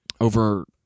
over